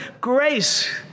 grace